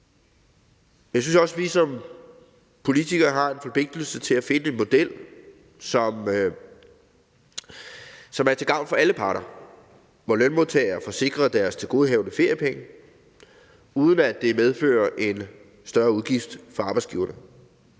Jeg synes også, at vi som politikere har en forpligtelse til at finde en model, som er til gavn for alle parter, hvor lønmodtagere får sikret deres tilgodehavende af feriepenge, uden at det medfører en større udgift for arbejdsgiverne.